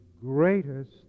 greatest